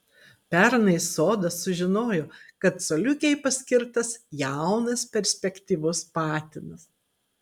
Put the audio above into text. pernai sodas sužinojo kad coliukei paskirtas jaunas perspektyvus patinas